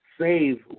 save